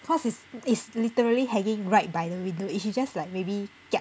cause it's it's literally hanging right by the window it should just like maybe kiap